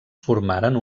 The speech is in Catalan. formaren